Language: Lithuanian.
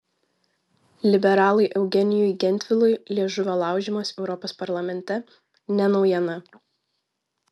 liberalui eugenijui gentvilui liežuvio laužymas europos parlamente ne naujiena